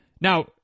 Now